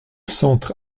centre